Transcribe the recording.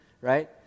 right